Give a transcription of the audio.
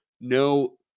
No